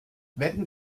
wetten